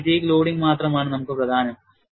ഈ fatigue loading മാത്രമാണ് നമുക്ക് പ്രധാനം